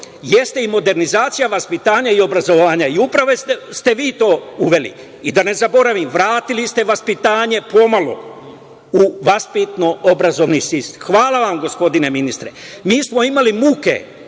jeste i modernizacija vaspitanja i obrazovanja. I upravo ste vi to uveli.I da ne zaboravim - vratili ste vaspitanje, pomalo, u vaspitno-obrazovni sistem. Hvala vam, gospodine ministre. Mi smo imali muke